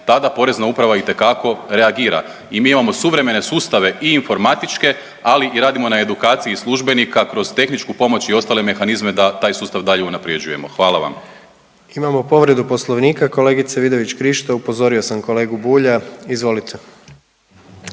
tada Porezna uprava itekako reagira i mi imamo suvremene sustave i informatičke, ali radimo na edukaciji službenika kroz tehničku pomoć i ostale mehanizme da taj sustav dalje unaprjeđujemo. Hvala vam. **Jandroković, Gordan (HDZ)** Imamo povredu Poslovnika. Kolegice Vidović Krišto, upozorio sam kolegu Bulja, izvolite.